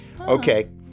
Okay